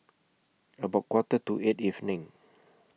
about Quarter to eight evening